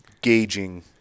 gauging